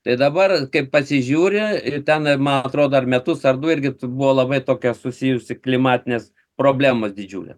tai dabar kai pasižiūri ir ten man atrodo metus ar du irgi buvo labai tokia susijusi klimatinės problemos didžiulės